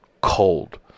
cold